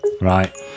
right